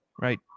right